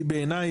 היא בעיניי,